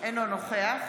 אינו נוכח